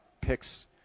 picks